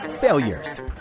Failures